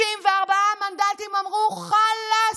64 מנדטים אמרו חלאס,